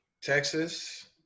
Texas